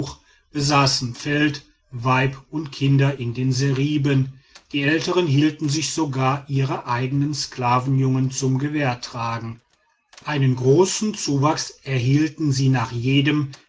besaßen feld weib und kinder in den seriben die ältern hielten sich sogar ihre eigenen sklavenjungen zum gewehrtragen einen großen zuwachs erhielten sie nach jedem